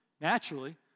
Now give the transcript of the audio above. naturally